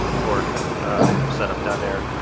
court set up down there.